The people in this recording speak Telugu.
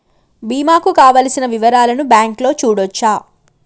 బీమా కు కావలసిన వివరాలను బ్యాంకులో చూడొచ్చా?